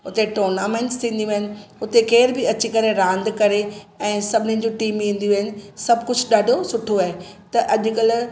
उते टूर्नामेंट्स थींदियूं आहिनि उते केर बि अची करे रांदि करे ऐं सभनीनि जूं टीम ईंदियूं आहिनि सभु कुझु ॾाढो सुठो आहे त अॼुकल्ह